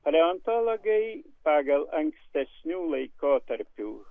paleontologai pagal ankstesnių laikotarpių